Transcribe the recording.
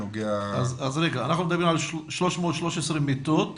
אז אנחנו מדברים על 313 מיטות כיום,